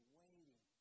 waiting